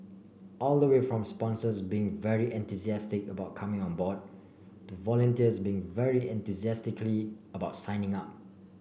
all the way from sponsors being very enthusiastic about coming on board to volunteers being very enthusiastically about signing up